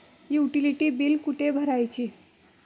Utility बिले कुठे भरायची?